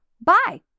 Bye